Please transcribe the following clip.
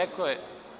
Rekao je.